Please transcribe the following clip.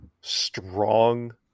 strong